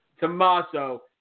Tommaso